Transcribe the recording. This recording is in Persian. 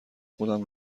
خودم